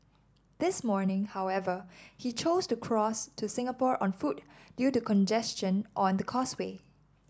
this morning however he chose to cross to Singapore on foot due to congestion on the causeway